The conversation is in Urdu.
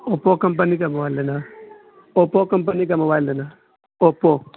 اوپو کمپنی کا موبائل لینا ہے اوپو کمپنی کا موبائل لینا ہے اوپو